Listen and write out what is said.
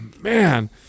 man